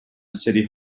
city